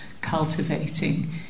cultivating